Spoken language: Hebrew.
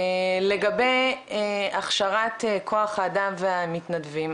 לגבי הכשרת כוח האדם והמתנדבים,